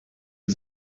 for